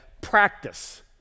practice